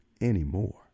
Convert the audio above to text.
anymore